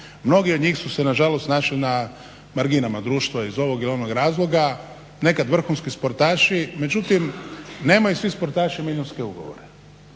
Mnogi od njih su se nažalost našli na marginama društva iz ovo ili onog razloga, nekad vrhunski sportaši međutim nemaju svi sportaši milijunske ugovore